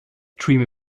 stream